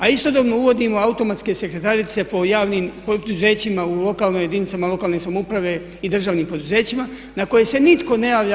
A istodobno uvodimo automatske sektretarice po javnim poduzećima u lokalnoj, jedinicama lokalne samouprave i državnim poduzećima na koje se nitko ne javlja.